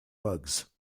bugs